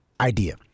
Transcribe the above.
idea